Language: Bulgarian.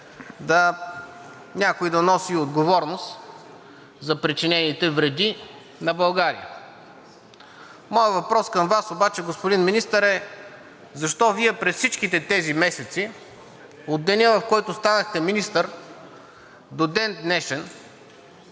се някой да носи отговорност за причинените вреди на България. Моят въпрос към Вас обаче, господин Министър, е: защо през всичките тези месеци – от деня, в който станахте министър, до ден днешен,